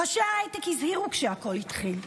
ראשי ההייטק הזהירו כשהכול התחיל.